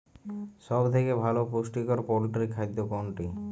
সব থেকে ভালো পুষ্টিকর পোল্ট্রী খাদ্য কোনটি?